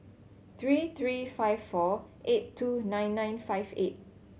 three three five four eight two nine nine five eight